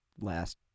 last